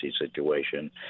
situation